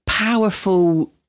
powerful